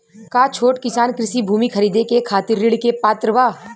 का छोट किसान कृषि भूमि खरीदे के खातिर ऋण के पात्र बा?